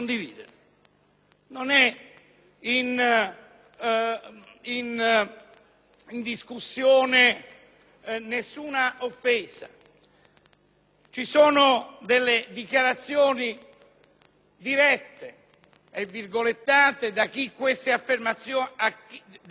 Non è in discussione alcuna offesa. Ci sono delle dichiarazioni dirette e virgolettate di chi